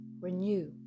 renew